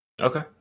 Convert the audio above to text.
Okay